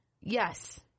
Yes